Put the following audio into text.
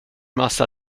massa